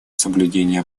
соблюдение